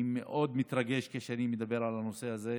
אני מאוד מתרגש כשאני מדבר על הנושא הזה.